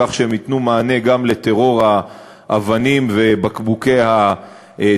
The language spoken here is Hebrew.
כך שהן ייתנו מענה גם לטרור האבנים ובקבוקי התבערה,